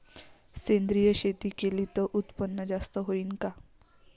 सेंद्रिय शेती केली त उत्पन्न जास्त होईन का?